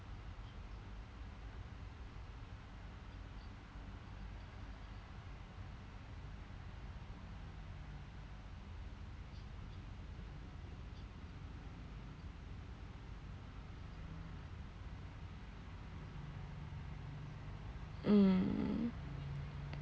um